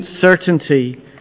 certainty